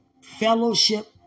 Fellowship